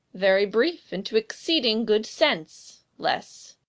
very brief, and to exceeding good sense less.